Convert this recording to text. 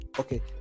Okay